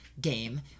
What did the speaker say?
game